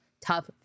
tough